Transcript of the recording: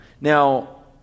Now